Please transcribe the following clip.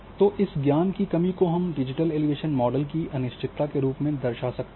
तो इस ज्ञान की कमी को हम डिजिटल एलिवेशन मॉडल की अनिश्चितता के रूप में दर्शा सकते हैं